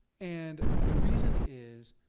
and the reason is,